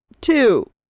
two